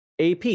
AP